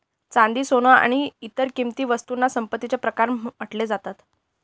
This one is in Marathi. चांदी, सोन आणि इतर किंमती वस्तूंना संपत्तीचे प्रकार म्हटले जातात